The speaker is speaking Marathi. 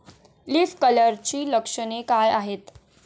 लीफ कर्लची लक्षणे काय आहेत?